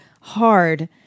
hard